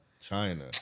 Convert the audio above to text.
China